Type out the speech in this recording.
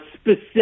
specific